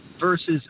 versus